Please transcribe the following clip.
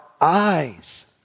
eyes